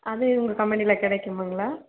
அது உங்கள் கம்பெனியில கிடைக்குமாங்குலா